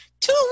two